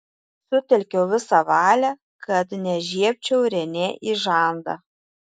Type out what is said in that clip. sutelkiau visą valią kad nežiebčiau renė į žandą